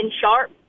Sharp